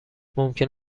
ممکن